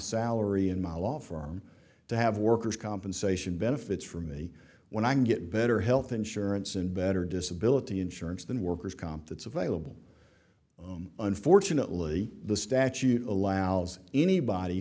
salary in my law firm to have workers compensation benefits for me when i get better health insurance and better disability insurance than worker's comp that's available unfortunately the statute allows anybody